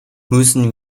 müssen